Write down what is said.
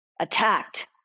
attacked